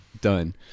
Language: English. Done